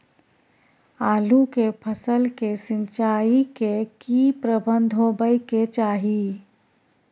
आलू के फसल के सिंचाई के की प्रबंध होबय के चाही?